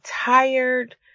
tired